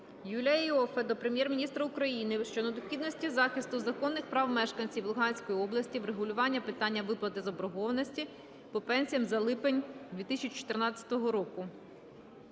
Юлія Іоффе до Прем'єр-міністра України щодо необхідності захисту законних прав мешканців Луганської області, врегулювання питання виплати заборгованості по пенсіям за липень 2014 року.